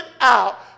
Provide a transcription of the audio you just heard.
out